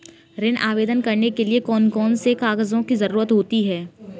ऋण आवेदन करने के लिए कौन कौन से कागजों की जरूरत होती है?